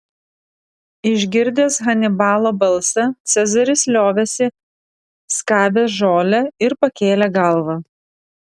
išgirdęs hanibalo balsą cezaris liovėsi skabęs žolę ir pakėlė galvą